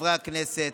לחברי הכנסת,